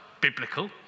biblical